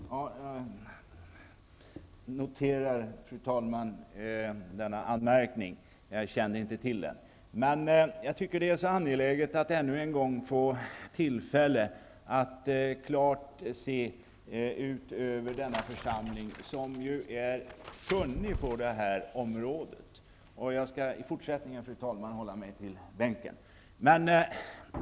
Fru talman! Jag noterar denna anmärkning. Jag kände inte till detta. Jag tycker att det är angeläget att ännu en gång få tillfälle att klart se ut över denna församling, som är kunnig på det här området.